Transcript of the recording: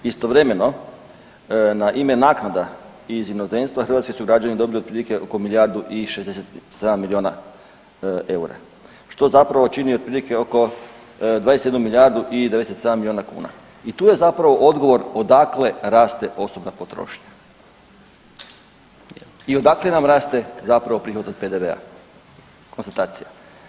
Istovremeno na ime naknada iz inozemstva hrvatski su građani dobili otprilike oko milijardu i 67 milijuna eura, što zapravo čini otprilike oko 21 milijardu i 97 milijuna kuna i tu je zapravo odgovor odakle raste osobna potrošnja i odakle nam raste zapravo prihod od PDV-a konstatacija.